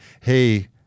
hey